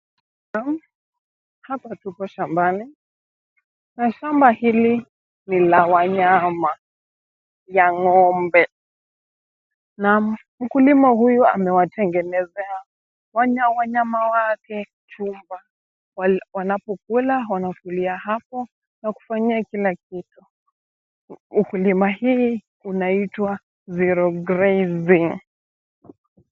Naam, hapa tupo shambani na shamba hili ni la wanyama, na ng'ombe na mkulima huyu amewatengezea wanyama wake chumba. Wanapokula, wanakulia hapo na kufanyia kila kitu. Ukulima hii inaitwa zero grazing .